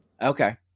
Okay